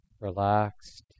relaxed